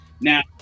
now